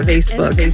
Facebook